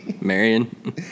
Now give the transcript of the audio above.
Marion